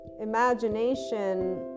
imagination